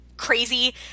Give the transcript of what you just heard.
Crazy